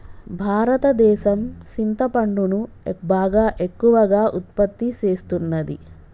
భారతదేసం సింతపండును బాగా ఎక్కువగా ఉత్పత్తి సేస్తున్నది